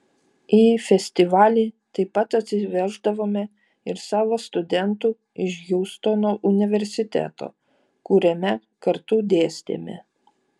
į festivalį taip pat atsiveždavome ir savo studentų iš hjustono universiteto kuriame kartu dėstėme